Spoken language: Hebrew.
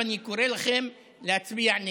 ואני קורא לכם להצביע נגד.